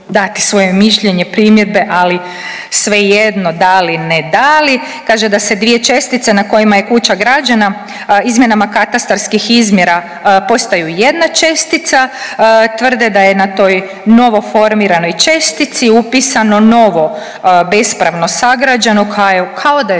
dati svoje mišljenje, primjedbe, ali svejedno dali ne dali. Kaže da se dvije čestice na kojima je kuća građena izmjenama katastarskih izmjera postaju jedna čestica, tvrde da je na toj novoformiranoj upisano novo bespravno sagrađeno kao da je